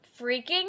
freaking